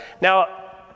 Now